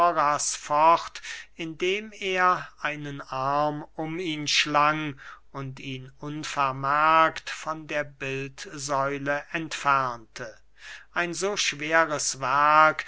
fort indem er einen arm um ihn schlang und ihn unvermerkt von der bildsäule entfernte ein so schweres werk